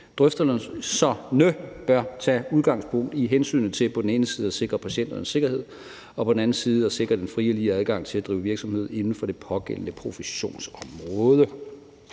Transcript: Drøftelserne bør tage udgangspunkt i hensynet til på den ene side at sikre patienternes sikkerhed og på den anden side sikre den frie og lige adgang til at drive virksomhed inden for det pågældende professionsområde.«